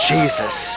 Jesus